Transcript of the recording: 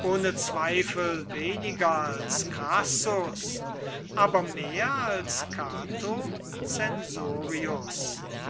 ohne zweifel weniger als crassus aber mehr als cato censorius